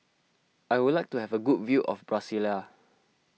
I would like to have a good view of Brasilia